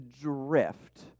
drift